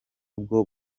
bwo